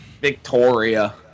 Victoria